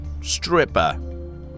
Stripper